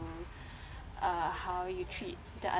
uh how you treat the